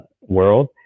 world